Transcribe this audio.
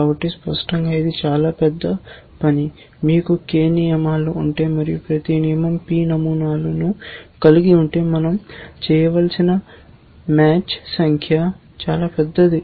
కాబట్టి స్పష్టంగా ఇది చాలా పెద్ద పని మీకు k నియమాలు ఉంటే మరియు ప్రతి నియమం p నమూనాలను కలిగి ఉంటే మనం చేయవలసిన చాలా పెద్ద పోలిక సంఖ్య లో ఉంటాయి